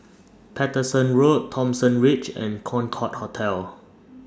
Paterson Road Thomson Ridge and Concorde Hotel